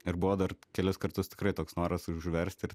ir buvo dar kelis kartus tikrai toks noras užversti ir